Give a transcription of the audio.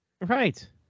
Right